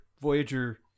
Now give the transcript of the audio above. Voyager